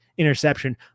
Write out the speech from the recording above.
interception